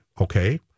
Okay